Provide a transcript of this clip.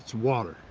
water.